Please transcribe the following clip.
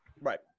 Right